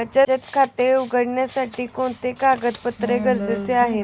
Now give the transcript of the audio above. बचत खाते उघडण्यासाठी कोणते कागदपत्रे गरजेचे आहे?